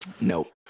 Nope